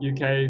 UK